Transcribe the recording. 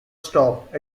stop